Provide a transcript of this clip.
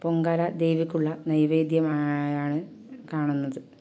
പൊങ്കാല ദേവിയ്ക്കുള്ള നൈവേദ്യമായാണ് കാണുന്നത്